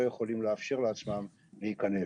כך שהם לא יכולים לאפשר לעצמם להיכנס